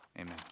Amen